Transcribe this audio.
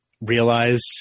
realize—